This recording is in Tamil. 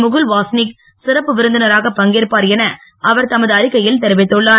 முகுல் வாஸ்னிக் சிறப்பு விருந்தினராக பங்கேற்பார் என அவர் தமது அறிக்கையில் தெரிவித்துள்ளார்